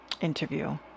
interview